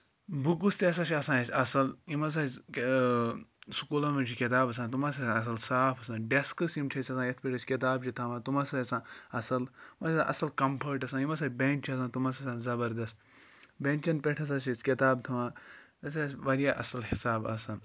بُکٕس تہِ ہَسا چھِ آسان اَسہِ اَصٕل یِم ہَسا چھِ سکوٗلَن منٛز چھِ کِتاب آسان تم ہَسا چھِ آسان اَصٕل صاف آسان ڈٮ۪سکٕس یِم چھِ أسۍ آسان یَتھ پٮ۪ٹھ أسۍ کِتاب چھِ تھاوان تٕم ہَسا چھِ آسان اَصٕل تم ہَسا چھِ آسان اَصٕل کَمفٲٹ آسان یِم ہَسا بٮ۪نٛچ چھِ آسان تم ہَسا چھِ آسان زَبَردَس بیٚنچَن پٮ۪ٹھ ہَسا چھِ أسۍ کِتاب تھاوان یہِ ہَسا چھِ وارِیاہ اَصٕل حِساب آسان